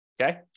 Okay